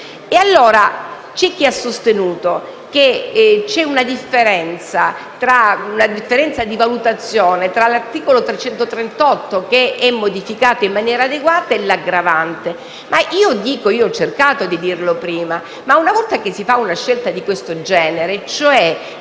allora chi ha sostenuto che c'è una differenza di valutazione tra l'articolo 338, che è modificato in maniera adeguata, e l'aggravante. Credo, come ho cercato di dire prima, che una volta che si fa una scelta di questo genere e